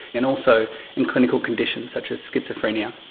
and also in clinical conditions such as schizophrenia.